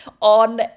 on